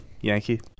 Yankee